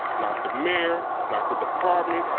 not the mayor, not the department,